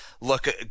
look